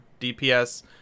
DPS